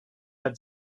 had